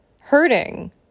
hurting